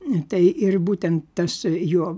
tai ir būtent tas jo